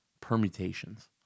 permutations